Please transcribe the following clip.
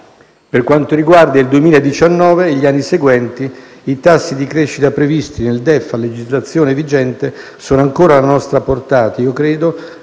Per quanto riguarda il 2019 e gli anni seguenti, credo che i tassi di crescita previsti nel DEF a legislazione vigente sono ancora alla nostra portata,